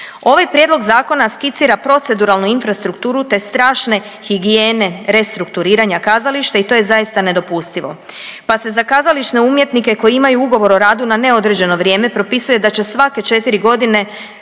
Ovaj prijedlog zakona skicira proceduralnu infrastrukturu, te strašne higijene restrukturiranja kazališta i to je zaista nedopustivo, pa se za kazališne umjetnike koji imaju ugovor o radu na neodređeno vrijeme propisuje da će svake 4.g. se